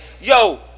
yo